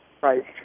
Right